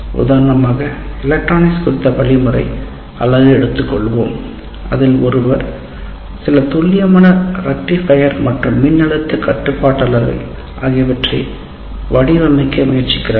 உதாரணமாக எலக்ட்ரானிக்ஸ் குறித்த வழிமுறை அலகு எடுத்துக்கொள்வோம் அதில் ஒருவர் சில துல்லியமான ரைட்டி பையர் மற்றும் மின்னழுத்த கட்டுப்பாட்டாளர்கள் ஆகியவற்றை வடிவமைக்க முயற்சிக்கிறார்